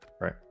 Right